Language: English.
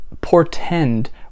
portend